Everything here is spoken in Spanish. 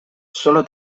sólo